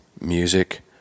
music